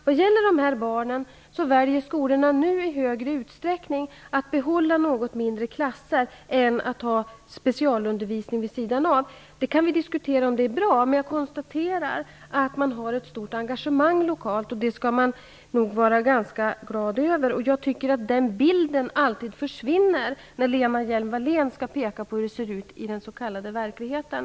Vad gäller de här barnen väljer skolorna nu i högre utsträckning att behålla något mindre klasser än att ha specialundervisning vid sidan av. Vi kan diskutera om det är bra. Men jag konstaterar att man har ett stort engagemang lokalt, och det skall vi vara glada över. Jag tycker att den bilden alltid försvinner när Lena Hjelm Wallén skall peka på hur det ser ut i den s.k. verkligheten.